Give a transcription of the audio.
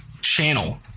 channel